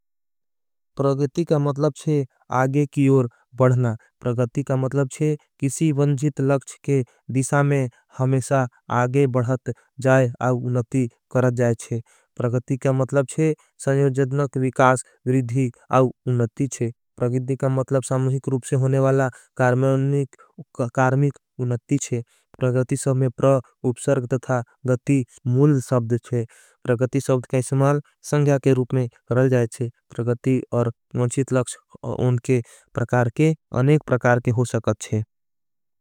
प्रगती का मतलब छे आगे की ओर बढ़ना प्रगती का। मतलब छे किसी वन्जीत लक्ष के दिसा मे हमेशा। आगे बढ़त जाए आव उनती करत जाए छे प्रगती का। मतलब छे संयोजजनक विकास विरिधी आव उनती छे। प्रगती का मतलब साम्हिक रूप से होने वाला कार्मिक। उनती छे प्रगती सब में प्र उपसर्ग तथा गती मूल सब्द छे। प्रगती सब्द का इसमाल संग्या के रूप में परल जाए छे।